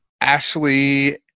Ashley